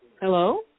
Hello